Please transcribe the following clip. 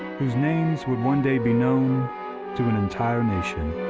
whose names would one day be known to an entire nation.